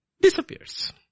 disappears